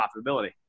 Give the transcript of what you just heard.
profitability